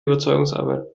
überzeugungsarbeit